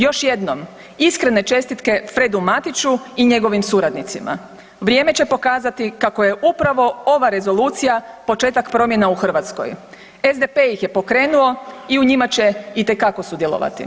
Još jednom, iskrene čestitke Fredu Matiću i njegovim suradnicima, vrijeme će pokazati kako je upravo ova rezolucija početak promjena u Hrvatskoj, SDP ih je pokrenuo i u njima će itekako sudjelovati.